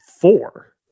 four